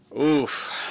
Oof